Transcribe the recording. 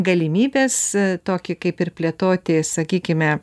galimybės tokį kaip ir plėtoti sakykime